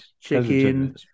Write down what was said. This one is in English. chicken